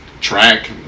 Track